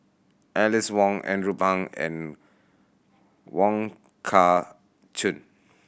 Alice Ong Andrew Phang and Wong Kah Chun